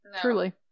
Truly